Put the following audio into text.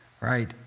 right